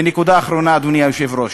ונקודה אחרונה, אדוני היושב-ראש: